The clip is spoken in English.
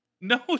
No